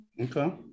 Okay